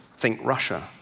think russia.